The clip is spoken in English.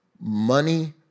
money